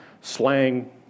slang